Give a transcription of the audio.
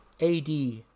AD